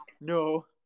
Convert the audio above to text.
No